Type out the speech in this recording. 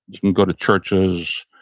you can go to churches.